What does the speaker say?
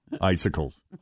icicles